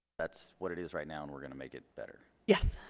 that's what it is right now and we're going to make it better yes